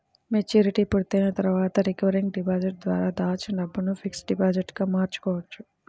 maturity పూర్తయిన తర్వాత recurring deposit ద్వారా దాచిన డబ్బును ఫిక్స్డ్ డిపాజిట్ గా మార్చుకోవచ్చు